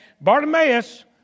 Bartimaeus